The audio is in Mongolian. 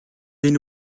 энэ